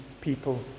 people